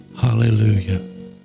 hallelujah